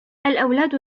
الأولاد